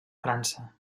frança